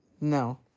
No